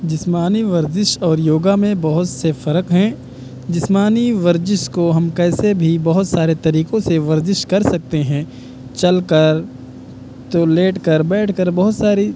جسمانی ورزش اور یوگا میں بہت سے فرق ہیں جسمانی ورزش کو ہم کیسے بھی بہت سارے طریقوں سے ورزش کر سکتے ہیں چل کر تو لیٹ کر بیٹھ کربہت ساری